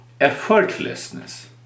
effortlessness